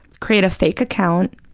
create a fake account,